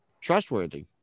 trustworthy